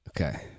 Okay